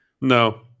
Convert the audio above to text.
No